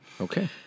Okay